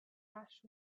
ash